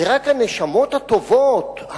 זה רק הנשמות הטובות,